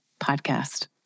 Podcast